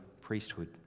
priesthood